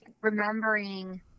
remembering